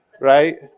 Right